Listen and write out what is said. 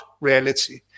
reality